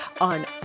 on